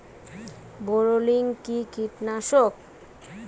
বায়োলিন কি কীটনাশক?